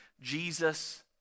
Jesus